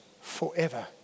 forever